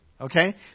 okay